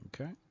Okay